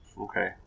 Okay